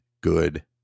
good